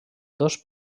dos